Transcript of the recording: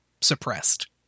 suppressed